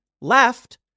left